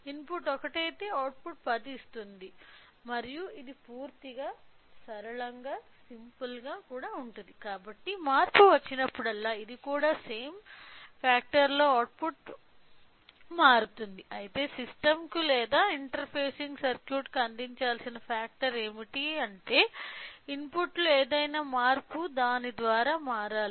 input 1 అయితే output 10 మరియు ఇది పూర్తిగా సరళంగా ఉంటుంది కాబట్టి మార్పు వచ్చినప్పుడల్లా అది కూడా సేమ్ ఫాక్టర్లో అవుట్పుట్ మారుతుంది అయితే సిస్టమ్కు లేదా ఇంటర్ఫేసింగ్ సర్క్యూట్కు అందించాల్సిన ఫాక్టర్ ఏమిటి అంటే ఇన్పుట్లో ఏదైనా మార్పు దాని ద్వారా మారాలి